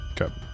Okay